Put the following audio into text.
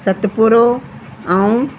सतपुड़ो ऐं